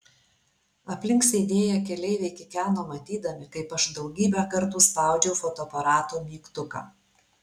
aplinkui sėdėję keleiviai kikeno matydami kaip aš daugybę kartų spaudžiau fotoaparato mygtuką